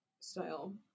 style